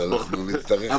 אז אנחנו נצטרך --- נכון.